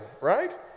right